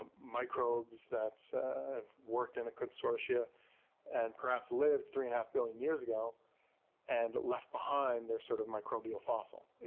um microbes that have worked in a consortia and perhaps lived three and a half billion years ago and left behind their, sort of, microbial fossil.